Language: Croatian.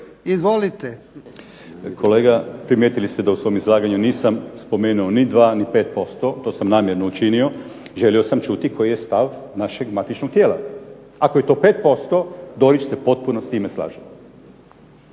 (HNS)** Kolega, primjetili ste da u svom izlaganju nisam spomenuo ni 2 ni 5%, to sam namjerno učinio. Želio sam čuti koji je stav našeg matičnog tijela. Ako je to 5%, Dorić se potpuno s time slaže.